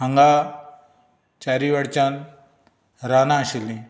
हांगा चारीय वटच्यान रानां आशिल्ली